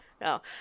No